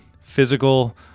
physical